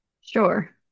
Sure